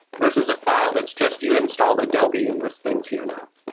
versus a file that's just you installed adobe and this thing's here now.